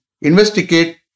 investigate